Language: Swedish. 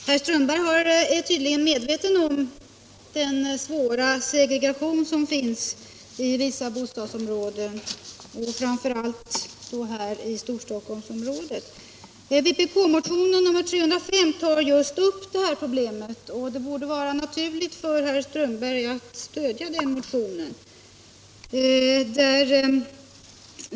Herr talman! Herr Strömberg i Botkyrka är tydligen medveten om den svåra segregation som finns i vissa bostadsområden, framför allt här i Storstockholmsområdet. I vpk-motionen 305 tas just detta problem upp, och det borde vara naturligt för herr Strömberg att stödja den motionen.